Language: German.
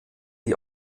die